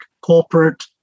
corporate